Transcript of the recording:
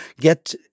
get